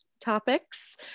topics